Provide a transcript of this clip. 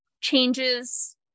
changes